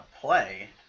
play